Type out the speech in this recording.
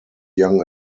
young